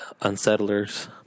unsettlers